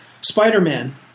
Spider-Man